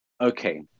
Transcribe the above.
okay